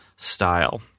style